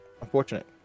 Unfortunate